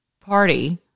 Party